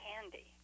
candy